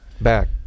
back